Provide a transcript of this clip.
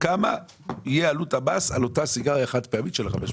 - כמה תהיה עלות המס על אותה סיגריה חד פעמית של ה-500 שאיפות?